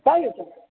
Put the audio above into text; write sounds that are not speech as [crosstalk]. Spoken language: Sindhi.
[unintelligible]